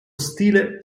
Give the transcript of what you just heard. stile